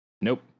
Nope